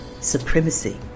supremacy